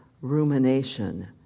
rumination